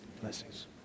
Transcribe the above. Blessings